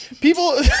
People